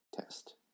test